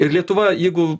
ir lietuva jeigu